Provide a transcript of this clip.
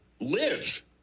live